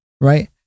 right